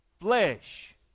Flesh